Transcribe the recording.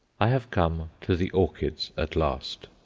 i have come to the orchids at last.